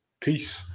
Peace